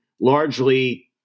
largely